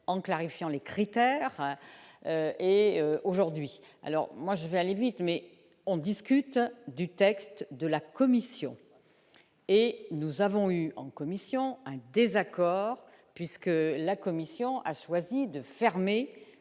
en clarifiant les critères et aujourd'hui, alors moi je vais aller vite mais on discute du texte de la commission et nous avons eu une commission désaccord puisque la commission a choisi de fermer